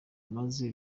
maze